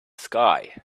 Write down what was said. sky